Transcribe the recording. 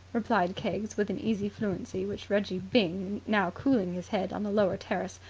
replied keggs with an easy fluency which reggie byng, now cooling his head on the lower terrace,